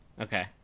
Okay